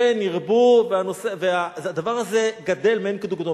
כן ירבו, והדבר הזה גדל מאין כדוגמתו.